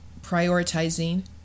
prioritizing